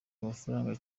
amafaranga